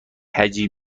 هجی